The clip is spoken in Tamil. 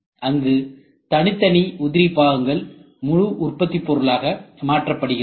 அங்கு தனித்தனி உதிரிபாகங்கள் முழு உற்பத்திப் பொருளாக மாற்றப்படுகிறது